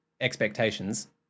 expectations